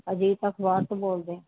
ਅਜੀਤ ਅਖ਼ਬਾਰ ਤੋਂ ਬੋਲਦੇ